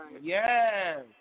Yes